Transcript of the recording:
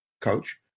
coach